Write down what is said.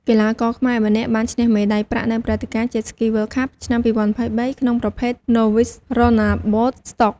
កីឡាករខ្មែរម្នាក់ បានឈ្នះមេដាយប្រាក់នៅព្រឹត្តិការណ៍ Jet Ski World Cup ឆ្នាំ ២០២៣ ក្នុងប្រភេទ Novice Runabout Stock។